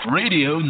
radio